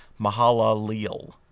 Mahalalil